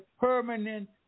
permanent